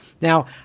Now